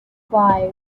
five